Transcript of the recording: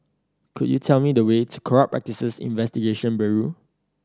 could you tell me the way to Corrupt Practices Investigation Bureau